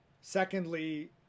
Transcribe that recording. secondly